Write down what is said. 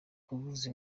kuvuza